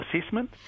assessment